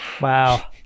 Wow